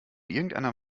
irgendeiner